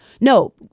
No